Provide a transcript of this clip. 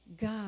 God